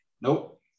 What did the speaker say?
nope